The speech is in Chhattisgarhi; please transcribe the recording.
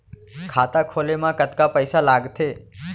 खाता खोले मा कतका पइसा लागथे?